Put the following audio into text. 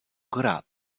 gra